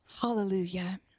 Hallelujah